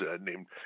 named